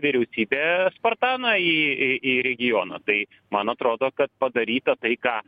vyriausybė spartaną į į į regioną tai man atrodo kad padaryta tai ką